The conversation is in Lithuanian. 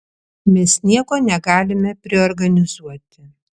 mes nieko negalime priorganizuoti